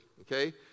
okay